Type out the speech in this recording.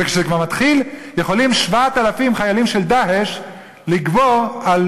וכשזה כבר מתחיל יכולים 7,000 חיילים של "דאעש" לגבור על